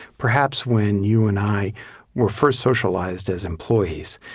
perhaps when you and i were first socialized as employees,